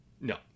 No